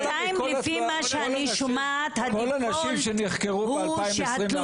כל הנשים שנחקרו ב-2021,